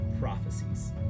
prophecies